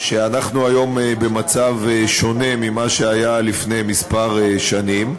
שאנחנו היום במצב שונה ממה שהיה לפני כמה שנים.